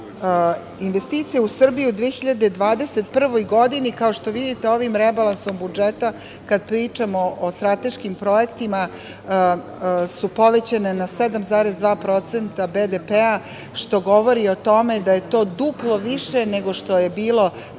investicije u Srbiju u 2021. godini, kao što vidite, ovim rebalansom budžeta, kad pričamo o strateškim projektima, su povećane na 7,2% BDP, što govori o tome da je to duplo više nego što je bilo